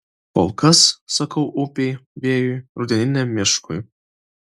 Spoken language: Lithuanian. kol kas sakau upei vėjui rudeniniam miškui